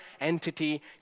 entity